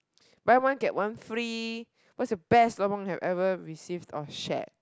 buy one get one free what's the best lobang had ever received or shared